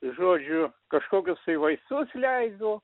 žodžiu kažkokius tai vaistus leido